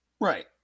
right